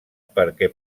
perquè